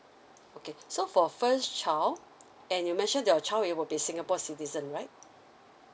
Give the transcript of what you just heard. okay so for first child and you mentioned your child he would be singapore citizen right